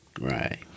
Right